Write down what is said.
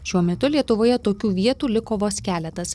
šiuo metu lietuvoje tokių vietų liko vos keletas